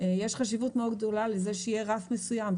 יש חשיבות גדולה מאוד לזה שיהיה רף מסוים.